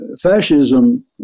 fascism